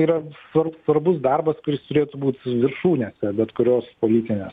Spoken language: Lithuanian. yra svar svarbus darbas kuris turėtų būt viršūnė bet kurios politinės